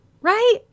Right